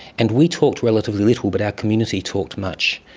and we talked relatively little but our community talked much,